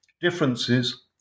differences